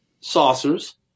saucers